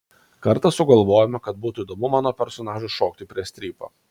kartą sugalvojome kad būtų įdomu mano personažui šokti prie strypo